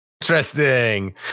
interesting